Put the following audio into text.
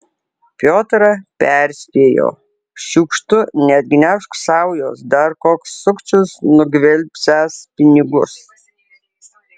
piotrą perspėjo šiukštu neatgniaužk saujos dar koks sukčius nugvelbsiąs pinigus